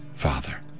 father